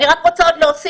אני רק רוצה עוד להוסיף,